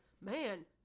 man